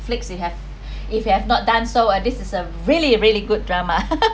netflix you have if you have not done so uh this is a really really good drama